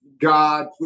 God